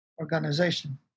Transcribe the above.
organization